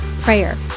prayer